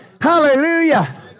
hallelujah